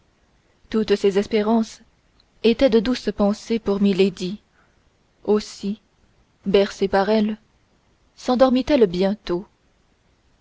toutes ces espérances étaient de douces pensées pour milady aussi bercée par elles sendormit elle bientôt